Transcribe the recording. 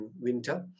winter